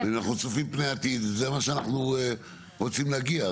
ואנחנו צופים פני עתיד וזה מה שאנחנו רוצים להגיע.